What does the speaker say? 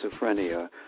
schizophrenia